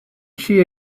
she